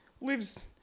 lives